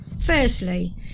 Firstly